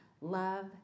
Love